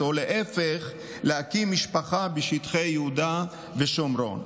להקים משפחה בשטחי יהודה ושומרון.